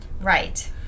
Right